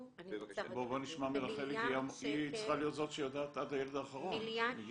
--- בואו נשמע מרחלי כי היא צריכה להיות זאת שיודעת עד הילד האחרון.